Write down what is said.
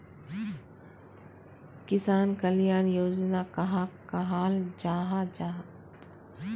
किसान कल्याण योजना कहाक कहाल जाहा जाहा?